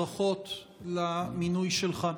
ברכות על המינוי שלך.